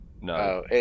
no